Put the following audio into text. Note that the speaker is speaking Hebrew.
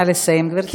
נא לסיים, גברתי.